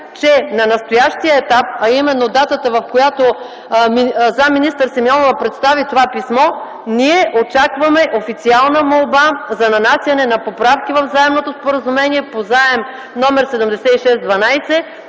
че на настоящия етап, а именно датата, в която заместник-министър Симеонова представи това писмо: „...Ние очакваме официална молба за нанасяне на поправки във Заемното споразумение по заем № 7612,